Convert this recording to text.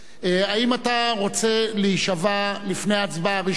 האם אתה רוצה להישבע לפני ההצבעה הראשונה,